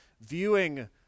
viewing